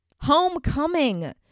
Homecoming